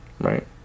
Right